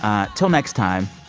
ah until next time,